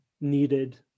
needed